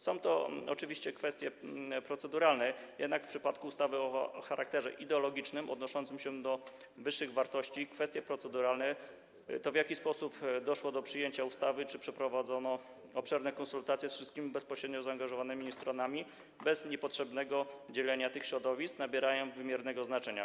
Są to oczywiście kwestie proceduralne, jednak w przypadku ustawy o charakterze ideologicznym, odnoszącym się do wyższych wartości kwestie proceduralne, to, w jaki sposób doszło do przyjęcia ustawy, czy przeprowadzono obszerne konsultacje z wszystkimi bezpośrednio zaangażowanymi stronami bez niepotrzebnego dzielenia tych środowisk, nabierają wymiernego znaczenia.